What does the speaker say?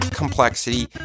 complexity